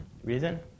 Reason